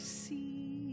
see